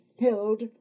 held